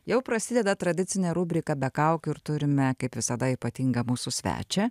jau prasideda tradicinė rubrika be kaukių ir turime kaip visada ypatingą mūsų svečią